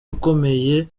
ukomeye